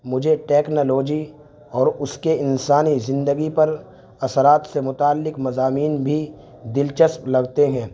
مجھے نیکنالوجی اور اس کے انسانی زندگی پر اثرات سے متعلق مضامین بھی دلچسپ لگتے ہیں